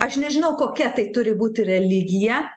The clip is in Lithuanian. aš nežinau kokia tai turi būti religija